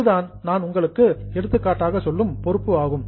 இதுதான் நான் உங்களுக்கு எடுத்துக்காட்டாக சொல்லும் பொறுப்பு ஆகும்